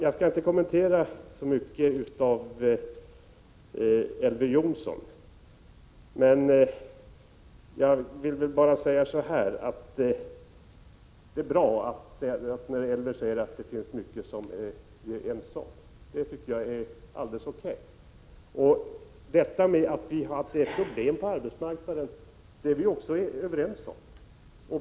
Jag skall inte kommentera så mycket av Elver Jonssons anförande. Jag tycker att det är bra att Elver Jonsson säger att det finns mycket som är vi ense om. Att vi har problem på arbetsmarknaden är vi också överens om.